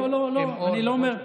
הם אור, לא לא לא, אני לא אומר.